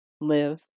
live